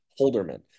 Holderman